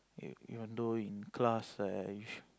ya even though in class I